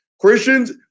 Christians